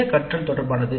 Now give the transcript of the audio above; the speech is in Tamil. சுய கற்றல் தொடர்பானது